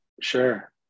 sure